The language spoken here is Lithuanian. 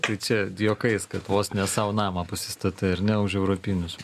tai čia juokais kad vos ne sau namą pasistatai ar ne už europinius